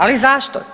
Ali zašto?